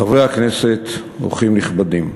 חברי הכנסת, אורחים נכבדים,